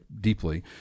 deeply